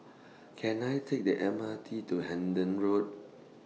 Can I Take The M R T to Hendon Road